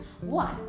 One